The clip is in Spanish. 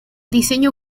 diseño